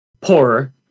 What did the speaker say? poorer